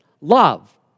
love